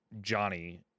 Johnny